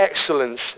excellence